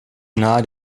nahe